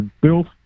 built